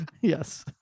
Yes